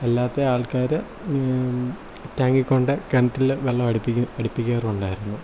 അല്ലാതെ ആൾക്കാർ ടാങ്കിൽ കൊണ്ട് കിണറ്റിൽ വെള്ളം അടിപ്പിക്കും അടിപ്പിക്കാറുണ്ടായിരുന്നു